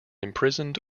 imprisoned